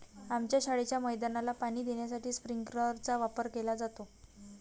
आमच्या शाळेच्या मैदानाला पाणी देण्यासाठी स्प्रिंकलर चा वापर केला जातो